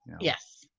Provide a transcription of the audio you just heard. yes